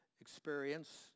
experience